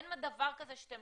אין דבר כזה שאתם